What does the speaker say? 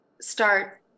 start